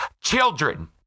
children